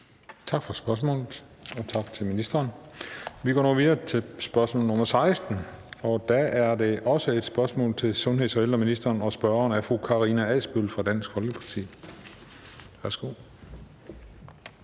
Tak for spørgsmålet. Og tak til ministeren. Vi går nu videre til spørgsmål nr. 16, og det er også et spørgsmål til sundheds- og ældreministeren, og spørgeren er fru Karina Adsbøl fra Dansk Folkeparti. Kl.